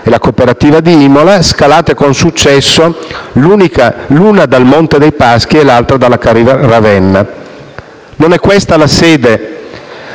Banca cooperativa di Imola, scalate con successo, l'una dal Monte dei Paschi e l'altra dalla CariRavenna. Non è questa la sede